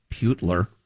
Putler